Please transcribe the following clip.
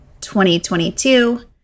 2022